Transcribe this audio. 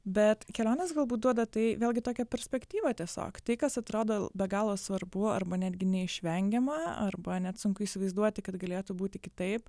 bet kelionės galbūt duoda tai vėlgi tokią perspektyvą tiesiog tai kas atrodo be galo svarbu arba netgi neišvengiama arba net sunku įsivaizduoti kad galėtų būti kitaip